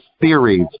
theories